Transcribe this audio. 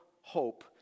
hope